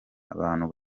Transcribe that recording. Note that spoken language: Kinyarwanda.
abantu